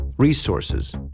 resources